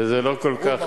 וזה לא כל כך,